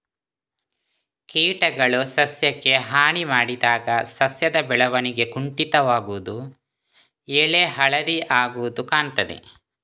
ಕೀಟಗಳು ಸಸ್ಯಕ್ಕೆ ಹಾನಿ ಮಾಡಿದಾಗ ಸಸ್ಯದ ಬೆಳವಣಿಗೆ ಕುಂಠಿತವಾಗುದು, ಎಲೆ ಹಳದಿ ಆಗುದು ಕಾಣ್ತದೆ